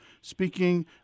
speaking